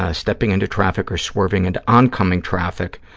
ah stepping into traffic or swerving into oncoming traffic.